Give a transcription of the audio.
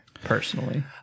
personally